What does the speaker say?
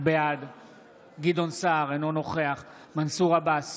בעד גדעון סער, אינו נוכח מנסור עבאס,